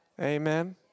Amen